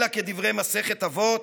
אלא כדברי מסכת אבות,